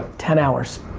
ten hours,